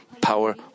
power